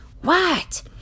What